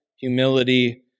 humility